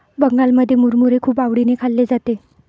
बंगालमध्ये मुरमुरे खूप आवडीने खाल्ले जाते